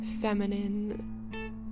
feminine